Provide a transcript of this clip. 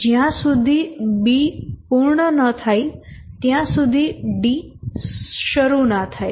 જ્યાં સુધી B પૂર્ણ ન થાય ત્યાં સુધી D શરુ ન થાય